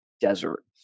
desert